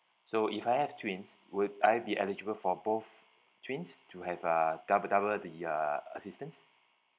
so if I have twins would I be eligible for both twins to have uh double double the uh assistance